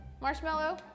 marshmallow